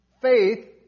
Faith